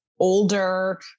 older